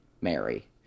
mary